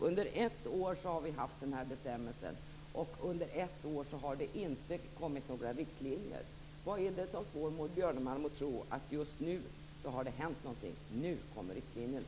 Under ett år har vi haft den här bestämmelsen, och under ett år har det inte kommit några riktlinjer. Vad är det som får Maud Björnemalm att tro att just nu har det hänt något, nu kommer riktlinjerna?